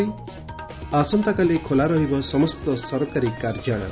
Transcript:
ଆସନ୍ତାକାଲି ଖୋଲା ରହିବ ସମସ୍ତ ସରକାରୀ କାର୍ଯ୍ୟାଳୟ